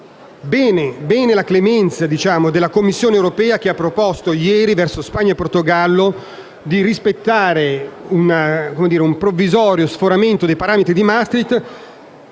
Bene la clemenza della Commissione europea, che ha proposto ieri, nei confronti di Spagna e Portogallo, di tollerare un provvisorio sforamento dei parametri di Maastricht,